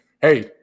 Hey